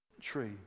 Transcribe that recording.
tree